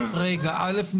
מירב, שאלה אלייך.